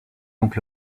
donc